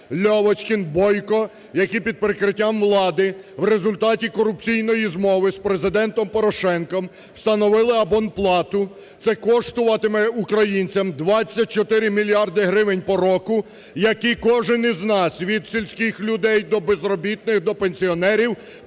Льовочкін, Бойко, які під прикриттям влади в результаті корупційної змови з Президентом Порошенком встановили абонплату. Це коштуватиме українцям 24 мільярди гривень по року, які кожен із нас від сільських людей до безробітних, до пенсіонерів